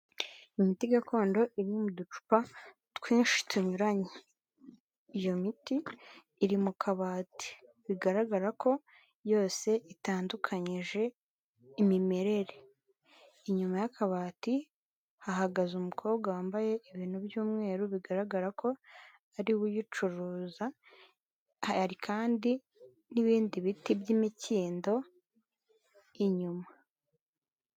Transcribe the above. Imiti gakondo, iri mu ducupa twinshi tunyuranye. Iyo miti iri mu kabati. Bigaragara ko yose itandukanyije imimerere. Inyuma y'akabati, hahagaze umukobwa wambaye ibintu by'umweru bigaragara ko ari we uyicuruza, hari kandi n'ibindi biti by'imikindo inyuma.